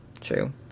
true